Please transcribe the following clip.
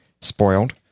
spoiled